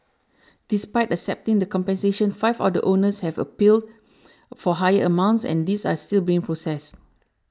despite accepting the compensation five of the owners have appeals for higher amounts and these are still being processed